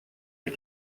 les